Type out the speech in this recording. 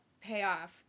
payoff